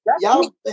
y'all